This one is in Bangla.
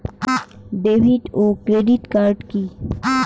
ডেভিড ও ক্রেডিট কার্ড কি?